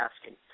asking